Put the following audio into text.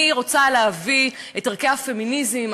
אני רוצה להביא את ערכי הפמיניזם,